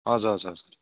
हजुर हजुर हजुर